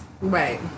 Right